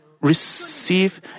receive